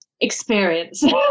experience